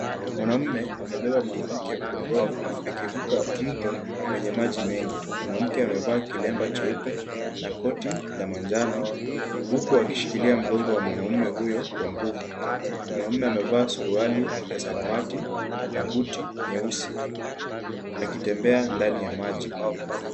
Mwanaume amebeba mwanamke mgongoni akivuka mto wenye maji mengi. Mwanamke amevaa kilemba cheupe na koti la manjano huku akishikilia mgongo wa mwanaume huyo kwa nguvu. Mwanaume amevaa suruali ya samawati na buti nyeusi akitembea ndani ya maji.